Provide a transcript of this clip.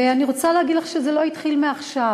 ואני רוצה להגיד לך שזה לא התחיל עכשיו.